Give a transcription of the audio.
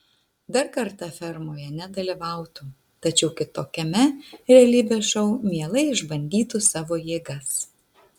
dar kartą fermoje nedalyvautų tačiau kitokiame realybės šou mielai išbandytų savo jėgas